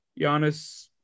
Giannis